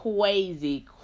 crazy